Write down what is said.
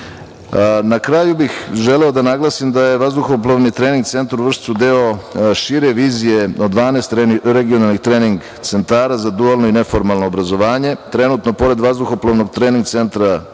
kraju bih želeo da naglasim da je Vazduhoplovni trening centra u Vršcu deo šire vizije od 12 regionalnih trening centara za dualno i neformalno obrazovanje. Trenutno, pored Vazduhoplovnog trening centra u